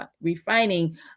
refining